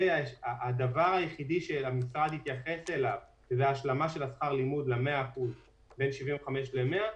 הדבר היחידי שהמשרד התייחס אליו זה ההשלמה של שכר הלימוד מ-75% ל-100%,